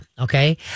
Okay